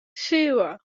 zero